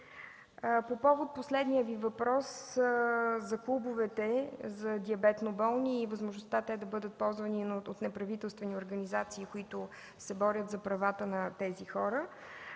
По повод последния Ви въпрос – за клубовете за диабетно болни и възможността те да бъдат ползвани от неправителствени организации, които се борят за правата на тези хора,